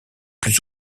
plus